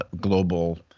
global